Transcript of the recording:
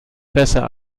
besser